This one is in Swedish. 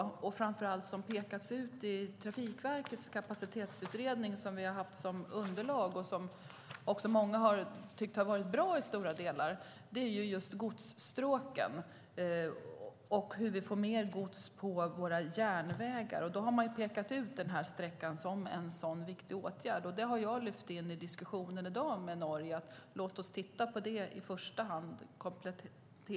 Det som framför allt pekas ut i Trafikverkets kapacitetsutredning, som vi haft som underlag och som många tyckt varit bra i stora delar, är godsstråken och hur vi får mer gods på våra järnvägar. Arbetet med den här sträckan har man pekat ut som en viktig åtgärd. Jag har lyft in detta i diskussionen med Norge och sagt att vi bör titta på det i första hand.